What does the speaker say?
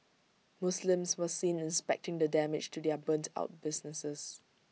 Muslims were seen inspecting the damage to their burnt out businesses